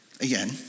again